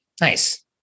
Nice